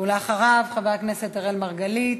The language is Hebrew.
אחריו, חבר הכנסת אראל מרגלית,